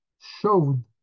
showed